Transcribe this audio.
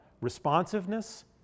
responsiveness